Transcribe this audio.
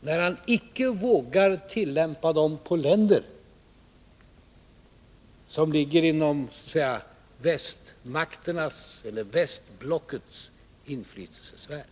när han icke vågar tillämpa dem på länder som ligger så att säga inom västmakternas eller västblockets inflytelsesfär.